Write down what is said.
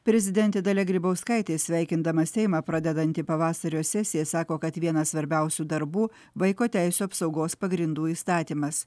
prezidentė dalia grybauskaitė sveikindama seimą pradedantį pavasario sesiją sako kad vienas svarbiausių darbų vaiko teisių apsaugos pagrindų įstatymas